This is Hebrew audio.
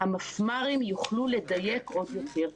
המפמ"רים יוכלו לדייק עוד פנייה.